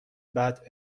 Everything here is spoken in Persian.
بعد